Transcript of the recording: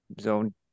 zone